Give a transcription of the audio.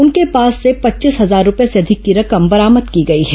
उनके पास से पच्चीस हजार रूपये से अँधिक की रकम बरामद की गई है